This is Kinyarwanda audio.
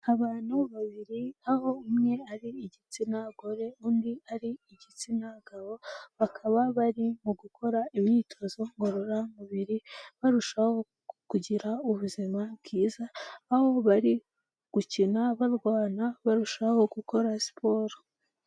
Abantu babiri aho umwe ari igitsina gore undi ari igitsina gabo, bakaba bari mu gukora imyitozo ngororamubiri barushaho kugira ubuzima bwiza, aho bari gukina barwana barushaho gukora siporo.